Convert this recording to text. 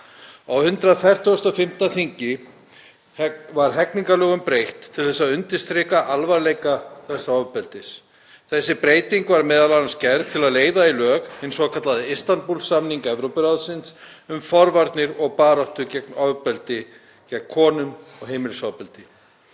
Á 145. þingi var hegningarlögum breytt til að undirstrika alvarleika þessa ofbeldis. Þessi breyting var m.a. gerð til að leiða í lög hinn svokallaða Istanbúl-samning Evrópuráðsins um forvarnir og baráttu gegn ofbeldi gegn konum og heimilisofbeldi.